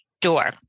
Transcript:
door